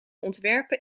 ontwerpen